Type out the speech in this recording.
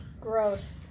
Gross